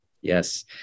Yes